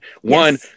One